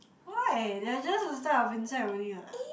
why they are just a type of insect only [what]